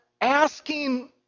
asking